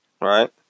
Right